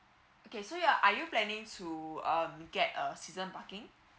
okay so you're are you planning to um get a season parking